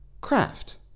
craft